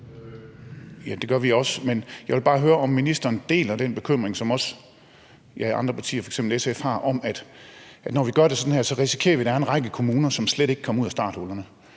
Ja, det gør vi også. Men jeg vil bare høre, om ministeren deler den bekymring, som andre partier, f.eks. SF, også har, om, at når vi gør sådan her, risikerer vi, at der er en række kommuner, som slet ikke kommer ud af starthullerne,